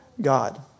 God